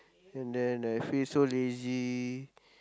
and then I feel so lazy